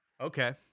Okay